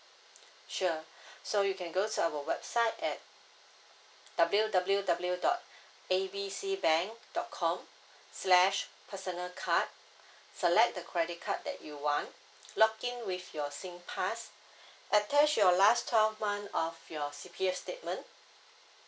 sure so you can go to our website at W W W dot A B C bank dot com slash personal card select the credit card that you want log in with your SingPass attach your last twelve month of your C_P_F statement